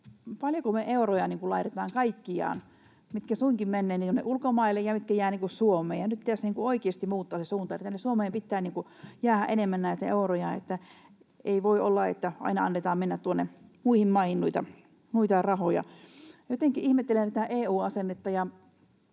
paljonko me euroja laitetaan kaikkiaan, mitkä suinkin menee, tuonne ulkomaille ja mitkä jäävät Suomeen. Nyt pitäisi oikeasti muuttaa se suunta, että tänne Suomeen pitää jäädä enemmän näitä euroja, että ei voi olla, että aina annetaan mennä tuonne muihin maihin noita rahoja. Jotenkin ihmettelen tätä EU-asennetta,